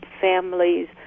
families